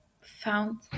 found